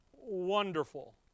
Wonderful